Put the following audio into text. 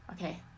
Okay